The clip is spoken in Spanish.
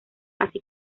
así